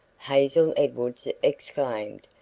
hazel edwards exclaimed,